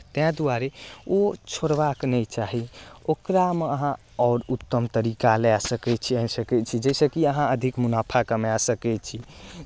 तैँ दुआरे ओ छोड़बाक नहि चाही ओकरामे अहाँ आओर उत्तम तरीका लए सकै छी कए सकै छी जाहिसँ कि अहाँ अधिक मुनाफा कमा सकै छी